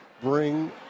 bring